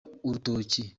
urutoki